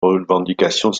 revendications